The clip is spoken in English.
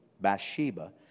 Bathsheba